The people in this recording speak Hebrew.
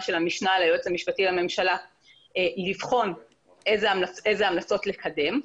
של המשנה ליועץ המשפטי לממשלה לבחון איזה המלצות לקדם.